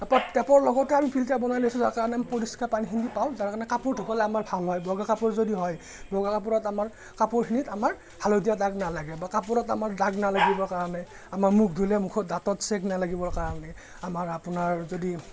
টেপৰ লগতে আমি ফিল্টাৰ বনাই লৈছোঁ যাৰ কাৰণে আমি পৰিষ্কাৰ পানীখিনি পাওঁ যাৰ কাৰণে কাপোৰ ধুবলৈ আমাৰ ভাল হয় বগা কাপোৰ যদি হয় বগা কাপোৰত আমাৰ কাপোৰখিনিত আমাৰ হালধীয়া দাগ নালাগে বা কাপোৰত আমাৰ দাগ নালাগিবৰ কাৰণেআমাৰ মুখ ধুলে মুখত দাঁতত ছেক নালাগিবৰ কাৰণে আমাৰ আপোনাৰ যদি